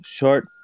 Short